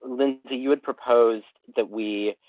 lindsay, you had propose that we.